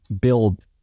build